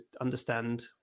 understand